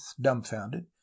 dumbfounded